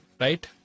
right